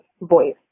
voice